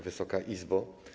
Wysoka Izbo!